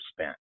spent